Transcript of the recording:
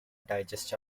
digest